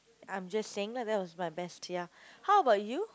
I'm just saying lah that was my best ya how about you